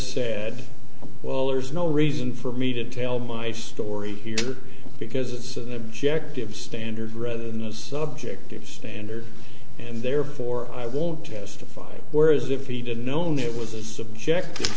said well there's no reason for me to tell my story here because it's an objective standard rather than a subjective standard and therefore i won't testify whereas if he didn't know that was a subjective